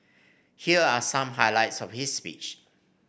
here are some highlights of his speech